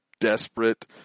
desperate